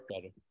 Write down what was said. better